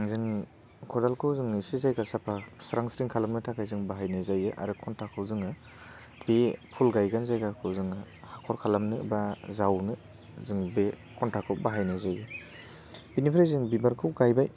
जों खदालखौ जोङो एसे जायगा साफा स्रां स्रिं खालामनो थाखाय जों बाहायनाय जायो आरो खन्थाखौ जोङो बे फुल गायगोन जायगाखौ जोङो हाख'र खालामनो बा जावनो जों बे खन्थाखौ बाहायनाय जायो बेनिफ्राय जों बिबारखौ गायबाय